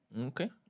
Okay